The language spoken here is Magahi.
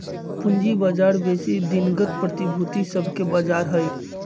पूजी बजार बेशी दिनगत प्रतिभूति सभके बजार हइ